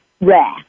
rare